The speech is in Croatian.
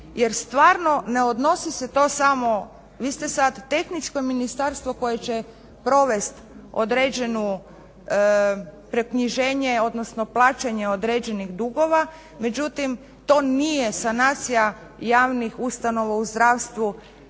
jer stvarno ne odnosi se to samo, vi ste sada tehničko ministarstvo koje će provesti određenu proknjiženje odnosno plaćanje određenih dugova, Međutim, to nije sanacija javnih ustanova u zdravstvu